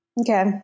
Okay